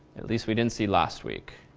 at least we didn't see last week.